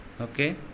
okay